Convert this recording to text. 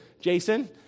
Jason